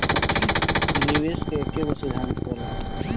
निवेश के एकेगो सिद्धान्त होला